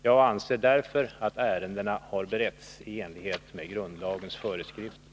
Jag anser därför att ärendena har beretts i enlighet med grundlagens föreskrifter.